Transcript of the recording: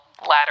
ladder